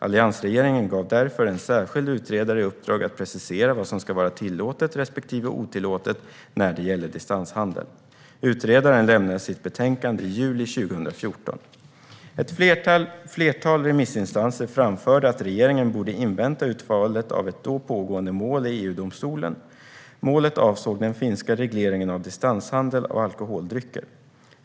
Alliansregeringen gav därför en särskild utredare i uppdrag att precisera vad som ska vara tillåtet respektive otillåtet när det gäller distanshandel. Utredaren lämnade sitt betänkande i juli 2014. Ett flertal remissinstanser framförde att regeringen borde invänta utfallet av ett då pågående mål i EU-domstolen. Målet avsåg den finska regleringen av distanshandel med alkoholdrycker.